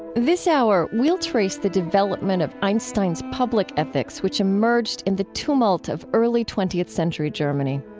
this hour we'll trace the development of einstein's public ethics, which emerged in the tumult of early twentieth century germany.